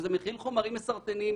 שזה מכיל חומרים מסרטנים.